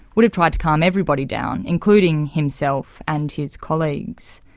would have tried to calm everybody down including himself and his colleagues.